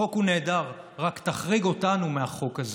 החוק הוא נהדר, רק תחריג אותנו מהחוק הזה.